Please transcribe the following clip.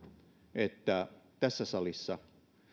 että tässä salissa